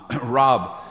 rob